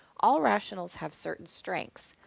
all rationals have certain strengths,